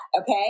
okay